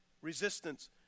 resistance